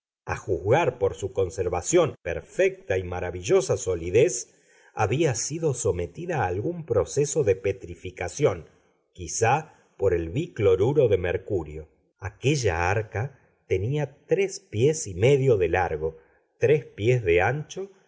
a juzgar por su conservación perfecta y maravillosa solidez había sido sometida a algún proceso de petrificación quizá por el bicloruro de mercurio aquella arca tenía tres pies y medio de largo tres pies de ancho